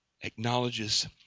acknowledges